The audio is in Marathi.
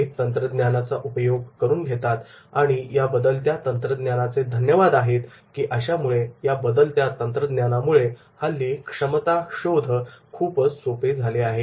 ते तंत्रज्ञानाचा उपयोग करून घेतात आणि या बदलत्या तंत्रज्ञानाचे धन्यवाद आहेत की अशामुळे या बदलत्या तंत्रज्ञानामुळे हल्ली क्षमताशोध खूपच सोपे झाले आहे